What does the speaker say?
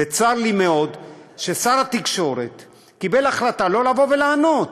צר לי מאוד ששר התקשורת קיבל החלטה שלא לבוא ולענות,